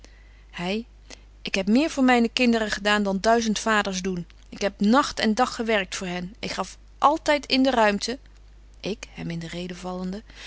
hy ik heb meer voor myne kinderen gedaan dan duizend vaders doen ik heb nagt en dag gewerkt voor hen ik gaf altyd in de ruimte ik hem in